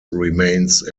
remains